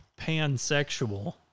pansexual